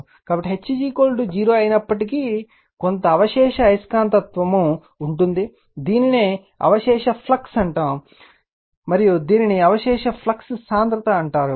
కాబట్టి H 0 అయినప్పటికీ కొంత అవశేష అయస్కాంతత్వం ఉంటుంది దీనిని అవశేష ఫ్లక్స్ అని అంటారు మరియు దీనిని అవశేష ఫ్లక్స్ సాంద్రత అంటారు